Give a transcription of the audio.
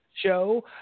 show